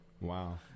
Wow